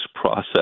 process